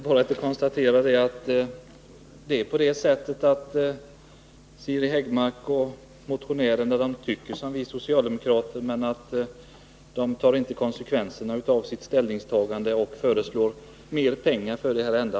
Herr talman! Det är bara att konstatera att Siri Häggmark och de andra motionärerna tycker som vi socialdemokrater men att de inte tar konsekvenserna och föreslår mer pengar.